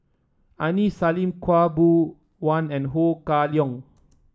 Aini Salim Khaw Boon Wan and Ho Kah Leong